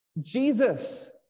Jesus